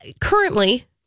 Currently